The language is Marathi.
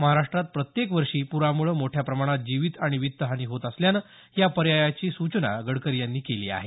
महाराष्ट्रात प्रत्येक वर्षी प्रामुळे मोठ्या प्रमाणात जीवित आणि वित्त हानी होत असल्याम्ळे या पर्यायाची सूचना गडकरी यांनी केली आहे